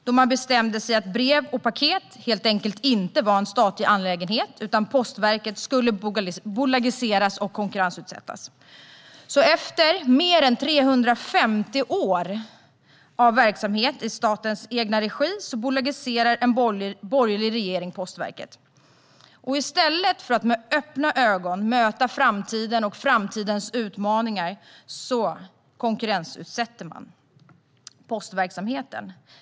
Då bestämde man att brev och paket helt enkelt inte var en statlig angelägenhet, utan Postverket skulle bolagiseras och konkurrensutsättas. Efter mer än 350 år av verksamhet i statens egen regi bolagiserar en borgerlig regering Postverket. I stället för att med öppna ögon möta framtiden och framtidens utmaningar konkurrensutsätter man postverksamheten.